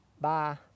Bye